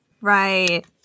Right